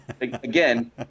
Again